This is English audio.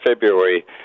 February